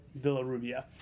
Villarubia